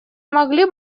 могли